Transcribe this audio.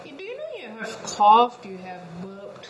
eh do you know you have cough you have burp